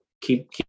keep